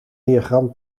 diagram